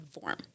form